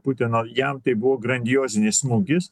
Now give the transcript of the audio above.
putino jam tai buvo grandiozinis smūgis